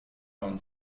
own